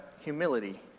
humility